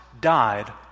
died